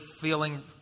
feeling